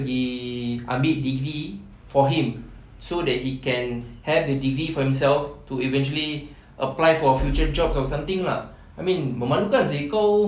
pergi ambil degree for him so that he can have the degree for himself to eventually apply for future jobs or something lah I mean memalukan seh kau